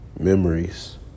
Memories